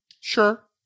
Sure